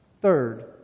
Third